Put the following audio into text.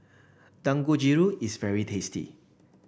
Dangojiru is very tasty